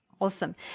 Awesome